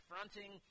confronting